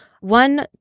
One